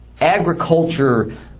agriculture